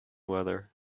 weather